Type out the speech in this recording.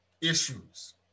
issues